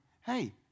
hey